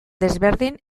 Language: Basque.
desberdin